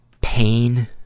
pain